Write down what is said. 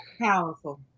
powerful